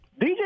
DJ